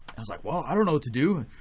i was like well i don't know what to do.